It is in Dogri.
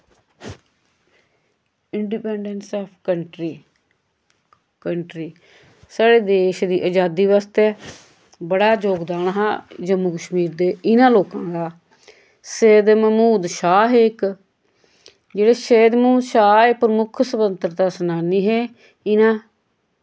इंडिपैंडैंस आफ कंट्री कंट्री साढ़े देश दी अजादी वास्तै बड़ा जोगदान हा जम्मू कश्मीर दे इनां लोकां दा सेद महमूद शाह् हे इक जेह्ड़े शेद महमूद शाह् एह् प्रमुक्ख स्वतंत्रता सनानी हे एह् इनैं